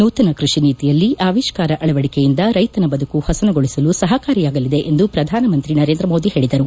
ನೂತನ ಕೃಷಿ ನೀತಿಯಲ್ಲಿ ಆವಿಷ್ಕಾರ ಅಳವಡಿಕೆಯಿಂದ ರೈತನ ಬದುಕು ಹಸನಗೊಳಿಸಲು ಸಹಕಾರಿಯಾಗಲಿದೆ ಎಂದು ಪ್ರಧಾನ ಮಂತ್ರಿ ನರೇಂದ್ರ ಮೋದಿ ಹೇಳಿದರು